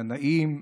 תנאים,